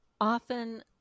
often